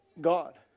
God